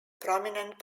prominent